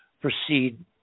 proceed